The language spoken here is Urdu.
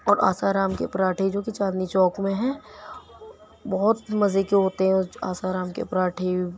اور آسارام کے پراٹھے جو کہ چاندنی چوک میں ہے بہت مزے کے ہوتے ہیں آسارام کے پراٹھے